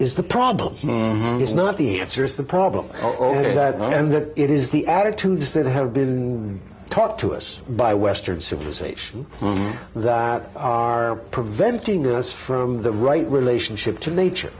is the problem is not the answer is the problem and that it is the attitudes that have been taught to us by western civilization that are preventing us from the right relationship to nature